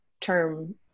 term